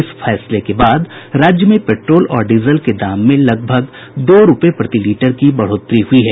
इस फैसले के बाद राज्य में पेट्रोल और डीजल के दाम में लगभग दो रुपये प्रति लीटर को बढ़ोत्तरी हुई है